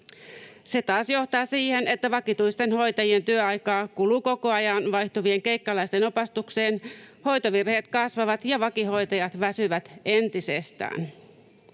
Se taas johtaa siihen, että vakituisten hoitajien työaikaa kuluu koko ajan vaihtuvien keikkalaisten opastukseen — hoitovirheet kasvavat, ja vakihoitajat väsyvät entisestään.